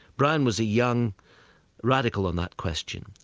brown was a young radical on that question,